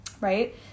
right